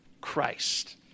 Christ